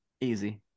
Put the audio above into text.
Easy